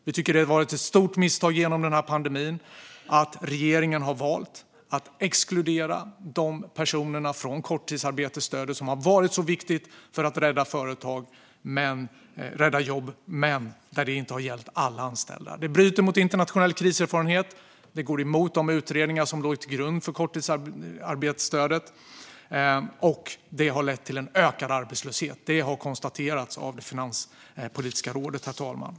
Vi tycker att det har varit ett stort misstag genom pandemin att regeringen har valt att exkludera de personerna från korttidsarbetsstödet, som har varit så viktigt för att rädda jobb. Stödet har inte gällt alla anställda. Det bryter mot internationell kriserfarenhet. Det går emot de utredningar som låg till grund för korttidsarbetsstödet. Och detta har lett till en ökad arbetslöshet. Det har konstaterats av Finanspolitiska rådet, herr talman.